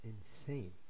insane